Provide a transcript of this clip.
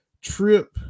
trip